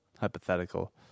hypothetical